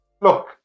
look